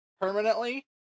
permanently